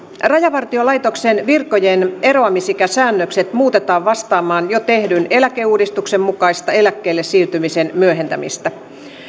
rajavartiolaitoksen virkojen eroamisikäsäännökset muutetaan vastaamaan jo tehdyn eläkeuudistuksen mukaista eläkkeelle siirtymisen myöhentämistä